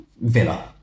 villa